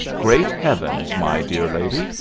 great heavens, my dear lady,